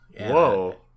Whoa